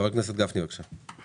חבר הכנסת גפני, בבקשה.